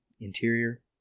Interior